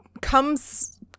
comes